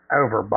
over